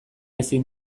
ezin